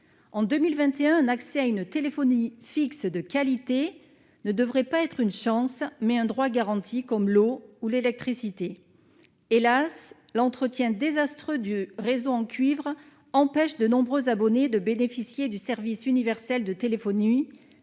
en 2021, un accès à une téléphonie fixe de qualité ne devrait pas être une chance mais un droit garanti, comme l'eau ou l'électricité, hélas, l'entretien désastreux du réseau en cuivre empêche de nombreux abonnés de bénéficier du service universel de téléphonie